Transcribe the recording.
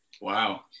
Wow